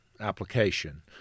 application